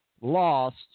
lost